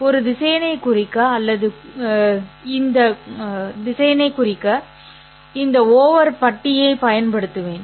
ஒரு திசையனைக் குறிக்க அல்லது குறிக்க இந்த ஓவர் பட்டியைப் பயன்படுத்துவேன்